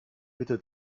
bitte